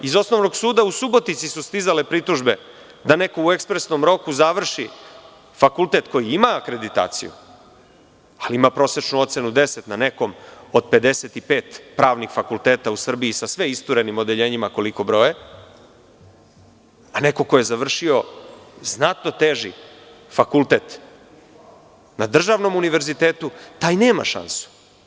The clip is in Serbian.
Iz Osnovnog suda u Subotici su stizale pritužbe da neko u ekspresnom roku završi fakultet koji ima akreditaciju, ali ima prosečnu ocenu 10 na nekom od 55 pravnih fakulteta u Srbiji, sa sve isturenim odeljenjima koliko broje, a neko ko je završio znatno teži fakultet na državnom univerzitetu, taj nema šansu.